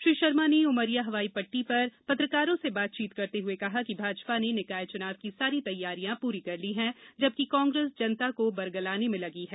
श्री शर्मा ने उमरिया हवाई पट्टी पर पत्रकारों से बातचीत करते हुए कहा कि भाजपा ने निकाय चुनाव की सारी तैयारियां पूरी कर ली हैं जबकि कांग्रेस जनता को बरगालने में लगी है